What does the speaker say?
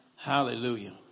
Hallelujah